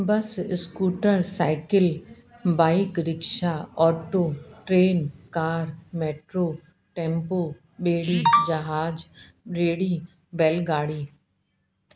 बस scooter cycle bike rickshaw auto train car metro tempo बेड़ी जहाज रेड़ी बैल गाॾी